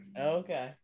Okay